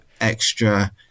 extra